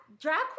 drag